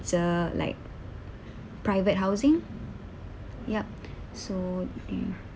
it's uh like private housing yup so